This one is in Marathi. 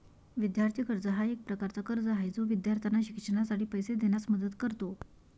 विद्यार्थी कर्ज हा एक प्रकारचा कर्ज आहे जो विद्यार्थ्यांना शिक्षणासाठी पैसे देण्यास मदत करतो